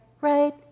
right